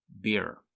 beer